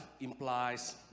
implies